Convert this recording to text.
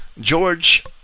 George